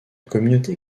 communauté